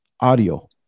audio